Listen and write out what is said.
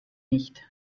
nicht